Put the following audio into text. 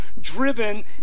driven